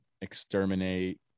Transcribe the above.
Exterminate